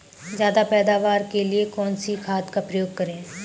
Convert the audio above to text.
ज्यादा पैदावार के लिए कौन सी खाद का प्रयोग करें?